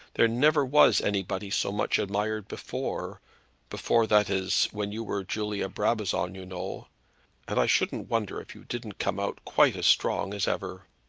there never was anybody so much admired before before that is, when you were julia brabazon, you know and i shouldn't wonder if you didn't come out quite as strong as ever.